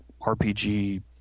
RPG